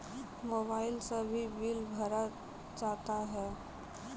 Mobile से भी bill भरा जाता हैं?